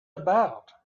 about